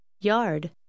Yard